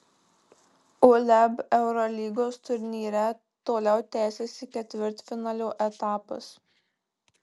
uleb eurolygos turnyre toliau tęsiasi ketvirtfinalio etapas